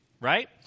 right